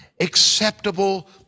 acceptable